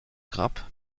grab